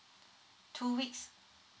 two weeks